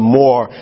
more